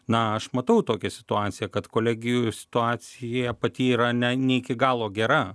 na aš matau tokią situaciją kad kolegijų situacija pati yra ne ne iki galo gera